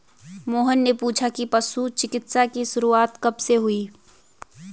मोहन ने पूछा कि पशु चिकित्सा की शुरूआत कब से हुई?